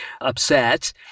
upset